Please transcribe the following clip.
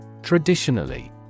Traditionally